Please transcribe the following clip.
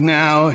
now